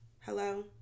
Hello